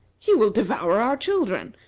he will devour our children.